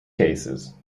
cases